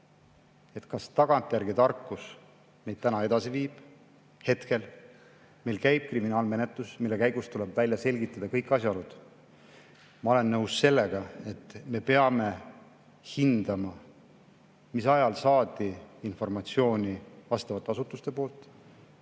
kas tagantjärgi tarkus meid täna edasi viib? Hetkel meil käib kriminaalmenetlus, mille käigus tuleb välja selgitada kõik asjaolud. Ma olen nõus sellega, et me peame hindama, mis ajal saadi informatsiooni vastavate asutuste poolt,